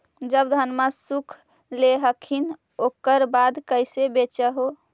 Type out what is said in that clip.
जब धनमा सुख ले हखिन उकर बाद कैसे बेच हो?